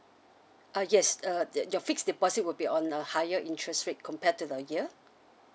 uh yes uh your fixed deposit will be on a higher interest rate compared to the year